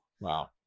Wow